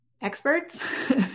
experts